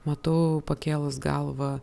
matau pakėlus galvą